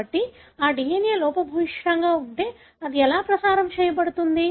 కాబట్టి ఆ DNA లోపభూయిష్టంగా ఉంటే అది ఎలా ప్రసారం చేయబడుతుంది